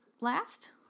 Last